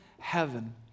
heaven